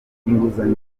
inguzanyo